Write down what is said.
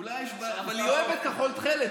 אבל היא אוהבת כחול-תכלת.